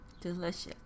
delicious